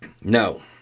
no